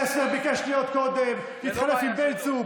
טסלר ביקש להיות קודם, התחלף עם בן צור.